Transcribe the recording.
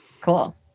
Cool